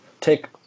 take